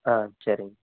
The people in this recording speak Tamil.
ஆ சரிங்க